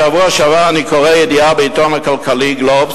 בשבוע שעבר אני קורא ידיעה בעיתון הכלכלי "גלובס",